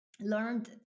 learned